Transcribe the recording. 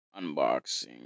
unboxing